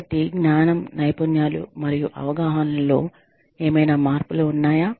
కాబట్టి జ్ఞానం నైపుణ్యాలు మరియు అవగాహనలలో ఏమైనా మార్పులు ఉన్నాయా